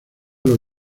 los